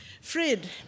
Fred